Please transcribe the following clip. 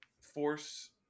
force –